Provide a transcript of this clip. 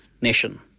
nation